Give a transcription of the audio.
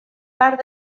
part